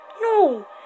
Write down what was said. No